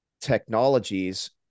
technologies